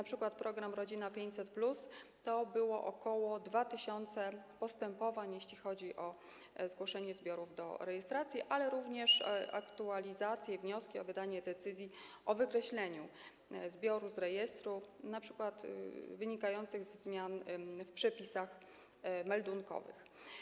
Np. „Rodzina 500+” to było ok. 2 tys. postępowań, jeśli chodzi o zgłoszenie zbiorów do rejestracji, ale również aktualizacji i wniosków o wydanie decyzji o wykreśleniu zbioru z rejestru, np. wynikających ze zmian w przepisach meldunkowych.